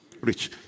Rich